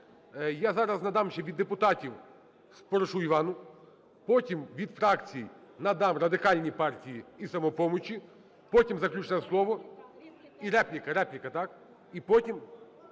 я зараз нам ще від депутатів Споришу Івану, потім від фракцій надам Радикальній партії і "Самопомочі", потім – заключне слово… і репліка, репліка, так?